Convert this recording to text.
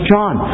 John